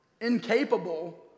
incapable